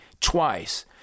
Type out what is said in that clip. twice